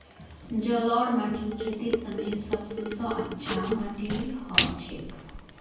जलौढ़ माटी खेतीर तने सब स अच्छा माटी हछेक